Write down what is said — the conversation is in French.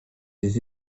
des